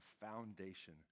foundation